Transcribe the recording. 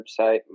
website